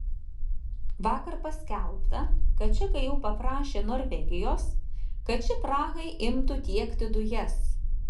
vakar paskelbta kad čekai jau paprašė norvegijos kad ši prahai imtų tiekti dujas